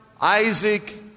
Isaac